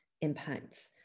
impacts